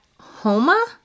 Homa